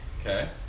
okay